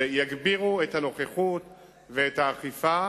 שיגבירו את הנוכחות והאכיפה